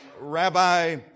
Rabbi